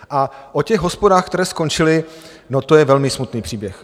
A o těch hospodách, které skončily, to je velmi smutný příběh.